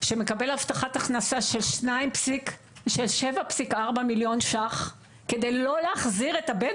שמקבל הבטחת הכנסה של 7.4 מיליון שקלים כדי לא להחזיר את הבן